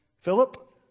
Philip